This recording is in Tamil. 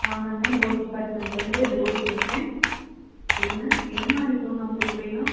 ஆமாங்க லோன் டிபார்ட்மெண்ட்லிருந்து ஜோதி பேசுகிறேன் சொல்லுங்கள் என்ன மாதிரி லோன் உங்களுக்கு வேணும்